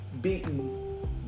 beaten